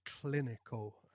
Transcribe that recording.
clinical